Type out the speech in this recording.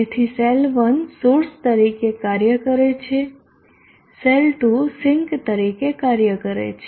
તેથી cell 1 source તરીકે કાર્ય કરે છે સેલ 2 સિંક તરીકે કાર્ય કરે છે